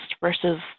versus